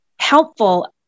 helpful